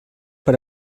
per